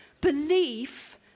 Belief